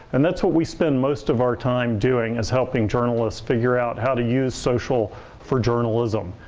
and that's what we spend most of our time doing, is helping journalists figure out how to use social for journalism,